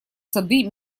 сады